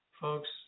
Folks